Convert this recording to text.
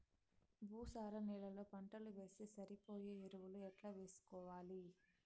భూసార నేలలో పంటలు వేస్తే సరిపోయే ఎరువులు ఎట్లా వేసుకోవాలి?